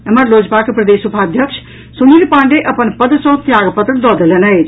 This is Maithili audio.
एम्हर लोजपाक प्रदेश उपाध्यक्ष सुनील पांडेय अपन पद सॅ त्याग पत्र दऽ देलनि अछि